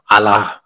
Allah